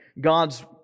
God's